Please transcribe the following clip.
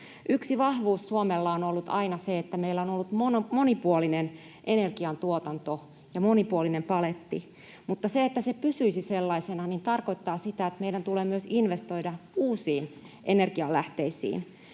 Yksi vahvuus Suomella on ollut aina se, että meillä on ollut monipuolinen energiantuotanto ja monipuolinen paletti, mutta se, että se pysyisi sellaisena, tarkoittaa sitä, että meidän tulee myös investoida uusiin energianlähteisiin.